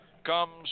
Comes